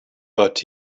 but